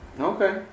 Okay